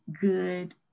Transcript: good